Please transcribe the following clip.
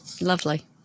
Lovely